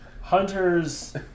Hunter's